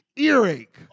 Earache